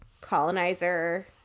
colonizer